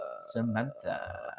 Samantha